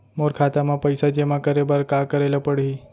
मोर खाता म पइसा जेमा करे बर का करे ल पड़ही?